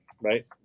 right